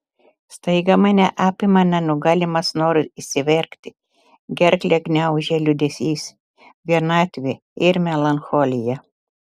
staiga mane apima nenugalimas noras išsiverkti gerklę gniaužia liūdesys vienatvė ir melancholija